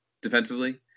defensively